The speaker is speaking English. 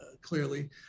Clearly